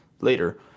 Later